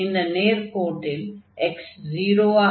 இந்த நேர்க்கோட்டில் x0 ஆக இருந்தால் y2 ஆக இருக்கும்